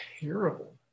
terrible